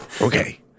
Okay